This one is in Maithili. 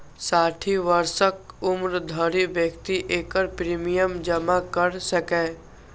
साठि वर्षक उम्र धरि व्यक्ति एकर प्रीमियम जमा कैर सकैए